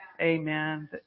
Amen